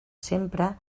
sempre